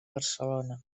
barcelona